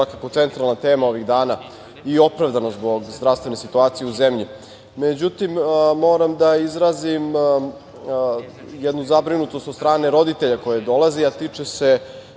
svakako centralna tema ovih dana i opravdano zbog zdravstvene situacije u zemlji.Međutim, moram da izrazim jednu zabrinutost od strane roditelja koja dolazi, a tiče se